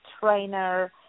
trainer